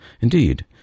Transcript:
Indeed